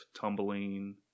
tumbling